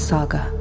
Saga